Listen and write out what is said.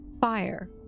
fire